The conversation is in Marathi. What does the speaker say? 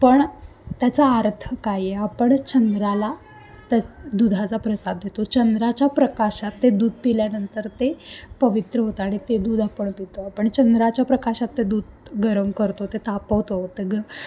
पण त्याचा अर्थ काय आहे आपण चंद्राला त्या दुधाचा प्रसाद देतो चंद्राच्या प्रकाशात ते दूध पिल्यानंतर ते पवित्र होतं आणि ते दूध आपण पितो आपण चंद्राच्या प्रकाशात ते दूध गरम करतो ते तापवतो ते ग